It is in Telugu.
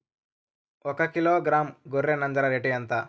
ఒకకిలో గ్రాము గొర్రె నంజర రేటు ఎంత?